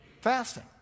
fasting